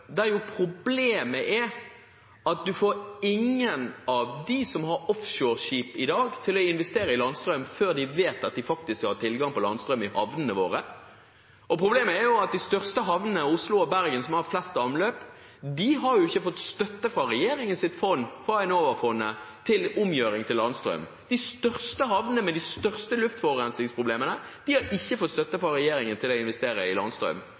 der problemet er at en får ingen av dem som har offshoreskip i dag, til å investere i landstrøm før de vet at de faktisk har tilgang på landstrøm i havnene våre. Problemet er at de største havnene, Oslo og Bergen, som har flest anløp, har ikke fått støtte fra regjeringens fond, fra Enova-fond, til omgjøring til landstrøm. De største havnene med de største luftforurensningsproblemene har ikke fått støtte fra regjeringen til å investere i landstrøm.